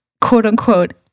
quote-unquote